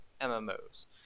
MMOs